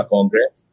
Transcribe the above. Congress